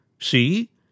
See